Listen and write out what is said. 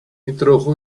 introdujo